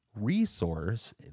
resource